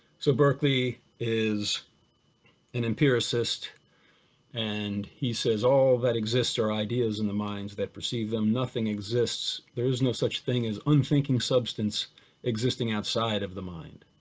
so berkeley is an empiricist and he says all that exists are ideas in the minds that perceive them, nothing exists, there is no such thing as unthinking substance existing outside of the mind.